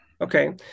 Okay